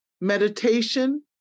Meditation